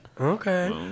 Okay